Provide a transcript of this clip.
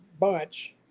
bunch